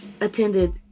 attended